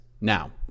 now